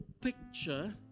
picture